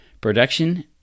Production